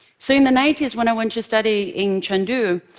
so in the ninety s, when i went to study in chengdu